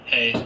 Hey